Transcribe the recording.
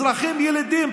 אזרחים ילידים,